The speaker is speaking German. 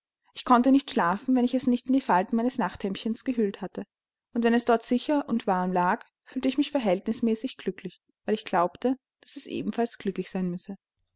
ich konnte nicht schlafen wenn ich es nicht in die falten meines nachthemdchens gehüllt hatte und wenn es dort sicher und warm lag fühlte ich mich verhältnismäßig glücklich weil ich glaubte daß es ebenfalls glücklich sein müsse